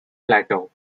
plateau